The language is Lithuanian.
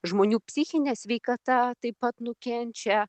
žmonių psichinė sveikata taip pat nukenčia